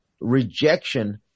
rejection